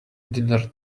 dinner